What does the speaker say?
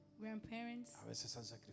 grandparents